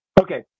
Okay